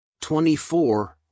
24